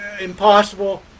impossible